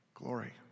glory